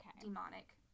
demonic